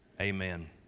amen